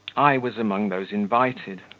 i was among those invited.